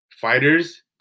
fighters